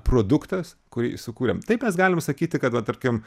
produktas kurį sukūrėm taip mes galim sakyti kad va tarkim